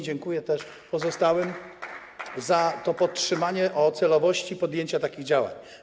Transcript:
Dziękuję też pozostałym za to podtrzymanie słów o celowości podjęcia takich działań.